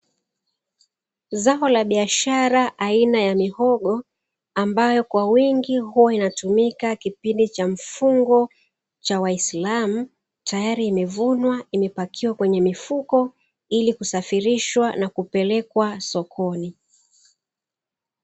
Zao la biashara aina ya mihogo, ambayo kwa wingi huwa inatumika kipindi cha mfungo cha waislam, tayari imevunwa imepakiwa kwenye mifuko, ili kusafirishwa na kupelekwa sokoni.